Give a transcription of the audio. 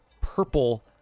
purple